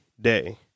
day